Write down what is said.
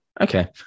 Okay